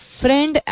friend